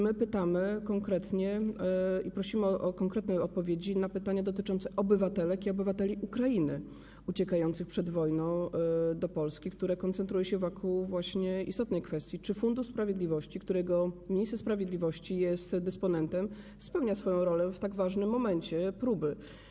My pytamy konkretnie i prosimy o konkretne odpowiedzi na pytanie dotyczące obywatelek i obywateli Ukrainy uciekających przed wojną do Polski, które koncentruje się wokół istotnej kwestii, czy Fundusz Sprawiedliwości, którego dysponentem jest minister sprawiedliwości, spełnia swoją rolę w tak ważnym momencie próby.